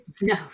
No